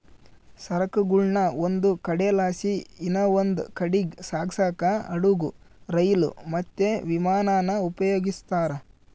ಸರಕುಗುಳ್ನ ಒಂದು ಕಡೆಲಾಸಿ ಇನವಂದ್ ಕಡೀಗ್ ಸಾಗ್ಸಾಕ ಹಡುಗು, ರೈಲು, ಮತ್ತೆ ವಿಮಾನಾನ ಉಪಯೋಗಿಸ್ತಾರ